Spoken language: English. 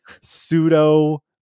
pseudo